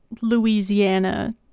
Louisiana